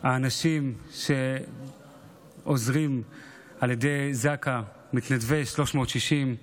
האנשים שעוזרים בזק"א, מתנדבי 360,